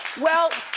well